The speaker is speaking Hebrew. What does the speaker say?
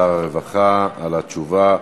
תודה לשר הרווחה על התשובה.